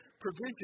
provision